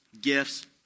gifts